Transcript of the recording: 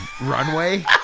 runway